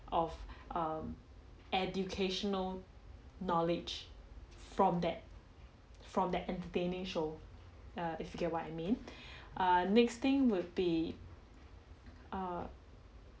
of um educational knowledge from that from that entertaining show err if you get what you mean err next thing would be err